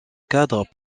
cadre